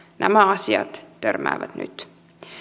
nämä asiat törmäävät nyt